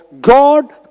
God